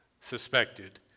suspected